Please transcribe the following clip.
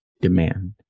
demand